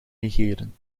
negeren